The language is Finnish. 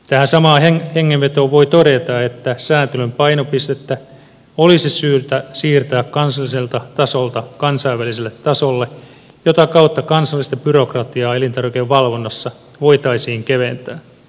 tähän samaan hengenvetoon voi todeta että sääntelyn painopistettä olisi syytä siirtää kansalliselta tasolta kansainväliselle tasolle jota kautta kansallista byrokratiaa elintarvikevalvonnassa voitaisiin keventää